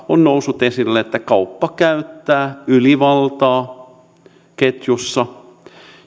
on noussut esille että kauppa käyttää ylivaltaa ketjussa